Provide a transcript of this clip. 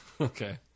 Okay